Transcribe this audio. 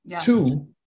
Two